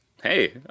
Hey